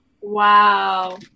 Wow